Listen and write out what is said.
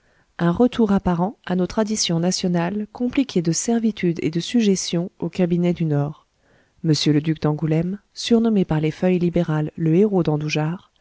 un retour apparent à nos traditions nationales compliqué de servitude et de sujétion aux cabinets du nord mr le duc d'angoulême surnommé par les feuilles libérales le héros d'andujar